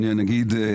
אדוני הנגיד,